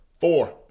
Four